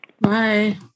Bye